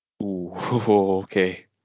okay